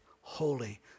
holy